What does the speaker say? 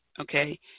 okay